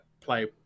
play